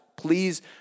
Please